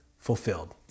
fulfilled